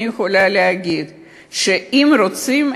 אני יכולה להגיד שאם רוצים,